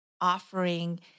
offering